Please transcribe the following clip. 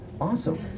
awesome